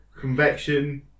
convection